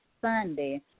Sunday